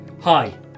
Hi